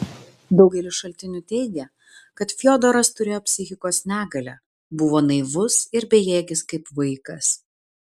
daugelis šaltinių teigia kad fiodoras turėjo psichikos negalę buvo naivus ir bejėgis kaip vaikas